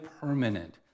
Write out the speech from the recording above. permanent